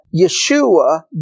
Yeshua